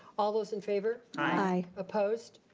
all those in favor. aye. opposed.